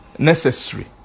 Necessary